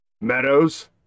Meadows